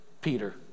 Peter